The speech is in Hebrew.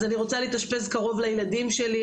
אז אני רוצה להתאשפז קרוב לילדים שלי,